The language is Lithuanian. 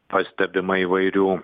pastebima įvairių